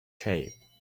shape